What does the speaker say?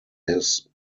his